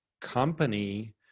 company